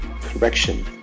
correction